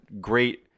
great